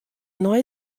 nei